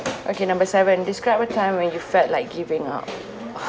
okay number seven describe a time when you felt like giving up